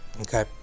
okay